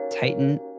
Titan